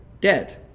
dead